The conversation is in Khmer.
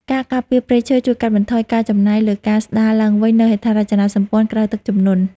ការការពារព្រៃឈើជួយកាត់បន្ថយការចំណាយលើការស្តារឡើងវិញនូវហេដ្ឋារចនាសម្ព័ន្ធក្រោយទឹកជំនន់។